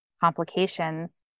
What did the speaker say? complications